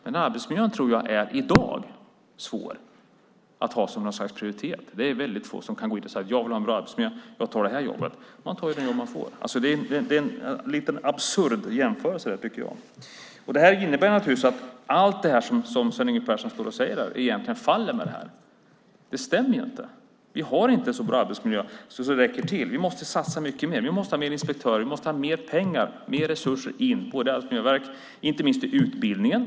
Jag tror att det är svårt att ha arbetsmiljön som något slags prioritet i dag. Det är väldigt få som kan säga att de tar ett visst jobb därför att de vill ha en bra arbetsmiljö. Man tar det jobb man får. Jag tycker att det är en absurd jämförelse. Det innebär att allt det som Sven Yngve Persson säger faller med detta. Det stämmer inte. Vi har inte en så bra arbetsmiljö att det räcker. Vi måste satsa mycket mer. Vi måste ha fler inspektörer. Vi måste ha mer pengar och mer resurser in på Arbetsmiljöverket, inte minst till utbildningen.